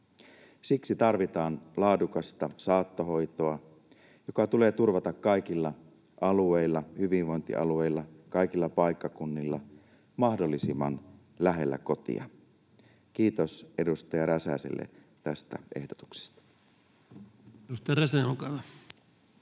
Siksi tarvitaan laadukasta saattohoitoa, joka tulee turvata kaikilla alueilla, hyvinvointialueilla, kaikilla paikkakunnilla, mahdollisimman lähellä kotia. Kiitos edustaja Räsäselle tästä ehdotuksesta. Edustaja Räsänen, olkaa hyvä.